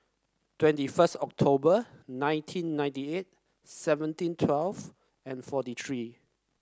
twenty first October nineteen ninety eight seventeen twelve and forty three